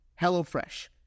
HelloFresh